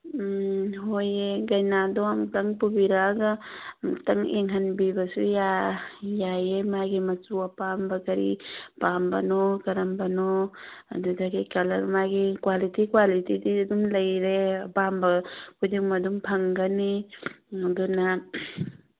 ꯎꯝ ꯍꯣꯏ ꯌꯦꯡꯒꯦ ꯀꯩꯅꯥꯗꯣ ꯑꯝꯇꯪ ꯄꯨꯕꯤꯔꯛꯑꯒ ꯑꯃꯨꯛꯇꯪ ꯌꯦꯡꯍꯟꯕꯤꯕꯁꯨ ꯌꯥꯏꯌꯦ ꯃꯥꯒꯤ ꯃꯆꯨ ꯑꯄꯥꯝꯕ ꯀꯔꯤ ꯄꯥꯝꯕꯅꯣ ꯀꯔꯝꯕꯅꯣ ꯑꯗꯨꯗꯒꯤ ꯀꯂꯔ ꯃꯥꯒꯤ ꯀ꯭ꯋꯥꯂꯤꯇꯤ ꯀ꯭ꯋꯥꯂꯤꯇꯤꯗꯤ ꯑꯗꯨꯝ ꯂꯩꯔꯦ ꯑꯄꯥꯝꯕ ꯈꯨꯗꯤꯡꯃꯛ ꯑꯗꯨꯝ ꯐꯪꯒꯅꯤ ꯑꯗꯨꯅ